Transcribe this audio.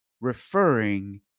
referring